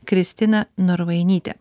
kristina norvainyte